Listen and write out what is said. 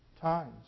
times